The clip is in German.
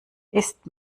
ist